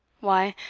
why,